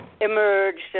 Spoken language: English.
emerged